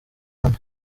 hano